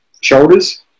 shoulders